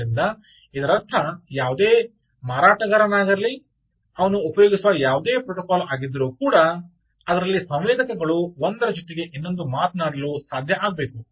ಆದ್ದರಿಂದ ಇದರರ್ಥ ಯಾವುದೇ ಮಾರಾಟಗಾರನಾಗಿರಲಿ ಅವನು ಉಪಯೋಗಿಸುವ ಯಾವುದೇ ಪ್ರೋಟೋಕಾಲ್ ಆಗಿದ್ದರೂ ಕೂಡ ಅದರಲ್ಲಿ ಸಂವೇದಕಗಳು ಒಂದರ ಜೊತೆಗೆ ಇನ್ನೊಂದು ಮಾತನಾಡಲು ಸಾಧ್ಯ ಆಗಬೇಕು